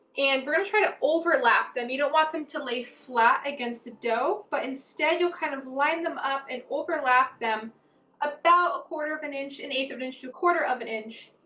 and but um try to overlap them, you don't want them to lay flat against the dough, but instead you'll kind of line them up and overlap them about a quarter of an inch an eighth of an inch to a quarter of an inch,